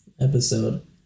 episode